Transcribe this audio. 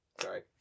sorry